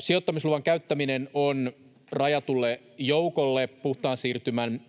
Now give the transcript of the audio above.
Sijoittamisluvan käyttäminen on rajatulle joukolle puhtaan siirtymän